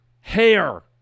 hair